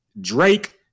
drake